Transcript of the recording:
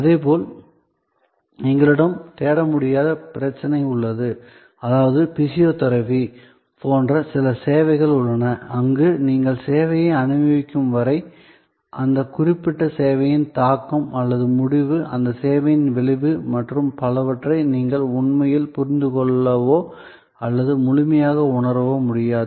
அதேபோல் எங்களிடம் தேட முடியாத பிரச்சனை உள்ளது அதாவது பிசியோதெரபி போன்ற சில சேவைகள் உள்ளன அங்கு நீங்கள் சேவையை அனுபவிக்கும் வரை அந்த குறிப்பிட்ட சேவையின் தாக்கம் அல்லது முடிவு அந்த சேவையின் விளைவு மற்றும் பலவற்றை நீங்கள் உண்மையில் புரிந்து கொள்ளவோ அல்லது முழுமையாக உணரவோ முடியாது